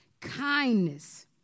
kindness